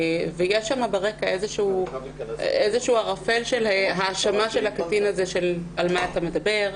ויש שם ברקע איזשהו ערפל של האשמה של הקטין הזה של: על מה אתה מדבר?